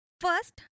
First